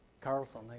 Carlson